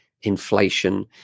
inflation